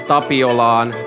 Tapiolaan